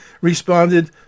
responded